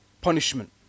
punishment